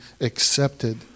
accepted